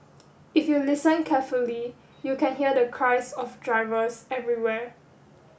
if you listen carefully you can hear the cries of drivers everywhere